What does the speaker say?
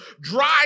dry